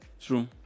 True